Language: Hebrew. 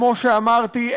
כמו שאמרתי,